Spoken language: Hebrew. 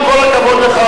עם כל הכבוד לך,